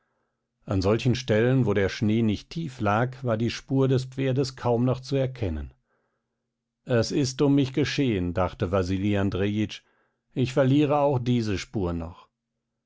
an solchen stellen wo der schnee nicht tief lag war die spur des pferdes kaum noch zu erkennen es ist um mich geschehen dachte wasili andrejitsch ich verliere auch diese spur noch